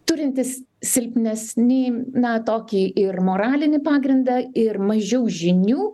turintys silpnesnį na tokį ir moralinį pagrindą ir mažiau žinių